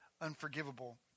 unforgivable